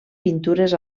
pintures